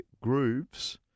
grooves